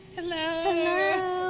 Hello